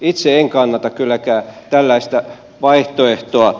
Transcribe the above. itse en kannata kylläkään tällaista vaihtoehtoa